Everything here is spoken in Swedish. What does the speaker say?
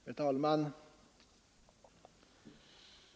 Herr talman!